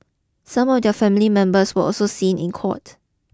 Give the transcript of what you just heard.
some of their family members were also seen in court